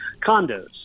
condos